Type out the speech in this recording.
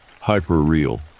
hyper-real